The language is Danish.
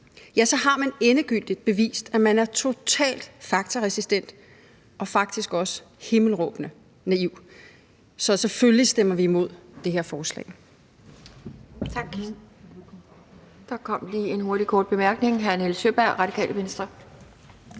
ja, så har man endegyldigt bevist, at man er totalt faktaresistent og faktisk også himmelråbende naiv. Så selvfølgelig stemmer vi imod det her forslag. Kl. 12:58 Anden næstformand (Pia Kjærsgaard): Tak. Der